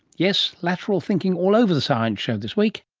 yes, lateral thinking all over the science show this week